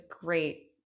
great